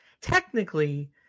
technically